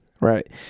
Right